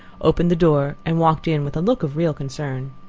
opened the door and walked in with a look of real concern.